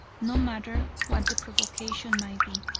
no matter what the provocation might be.